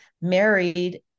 married